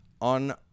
on